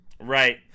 right